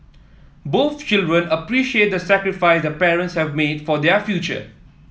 both children appreciate the sacrifice their parents have made for their future